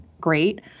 great